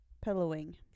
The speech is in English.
pillowing